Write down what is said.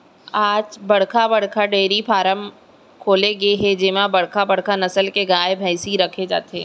आज बड़का बड़का डेयरी फारम खोले गे हे जेमा बड़का बड़का नसल के गाय, भइसी राखे जाथे